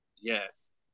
Yes